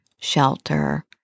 shelter